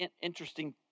Interesting